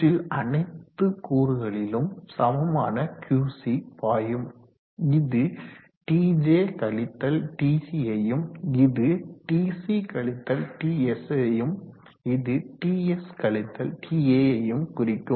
சுற்றில் அனைத்து கூறுகளிலும் சமமான Qc பாயும் இது Tj கழித்தல் Tc யையும்இது Tc கழித்தல் Ts யையும் இது Ts கழித்தல் Ta யையும் குறிக்கும்